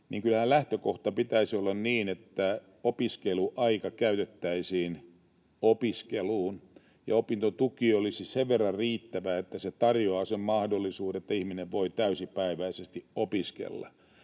lähtökohtana pitäisi olla, että opiskeluaika käytettäisiin opiskeluun ja opintotuki olisi sen verran riittävä, että se tarjoaa sen mahdollisuuden, että ihminen voi täysipäiväisesti opiskella.